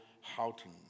Houghton